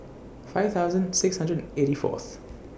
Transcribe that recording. five thousand six hundred eighty Fourth